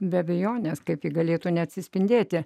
be abejonės kaip ji galėtų neatsispindėti